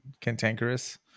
cantankerous